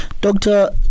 doctor